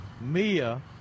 Mia